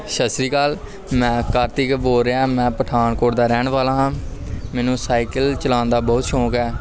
ਸਤਿ ਸ਼੍ਰੀ ਅਕਾਲ ਮੈਂ ਕਾਰਤਿਕ ਬੋਲ ਰਿਹਾ ਮੈਂ ਪਠਾਨਕੋਟ ਦਾ ਰਹਿਣ ਵਾਲਾ ਹਾਂ ਮੈਨੂੰ ਸਾਈਕਲ ਚਲਾਉਣ ਦਾ ਬਹੁਤ ਸ਼ੌਂਕ ਹੈ